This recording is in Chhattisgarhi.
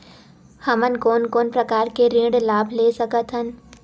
हमन कोन कोन प्रकार के ऋण लाभ ले सकत हन?